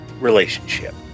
relationship